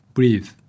Breathe